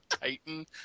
titan